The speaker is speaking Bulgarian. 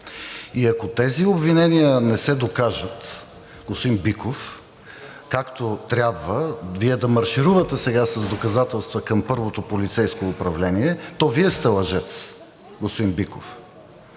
И ако тези обвинения не се докажат, господин Биков, както трябва, Вие да марширувате сега с доказателства към първото полицейско управление, то Вие сте лъжец, господин Биков.